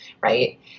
Right